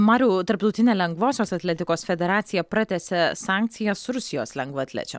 mariau tarptautinė lengvosios atletikos federacija pratęsė sankcijas rusijos lengvaatlečiams